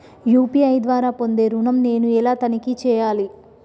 UPI ద్వారా పొందే ఋణం నేను ఎలా తనిఖీ చేయాలి?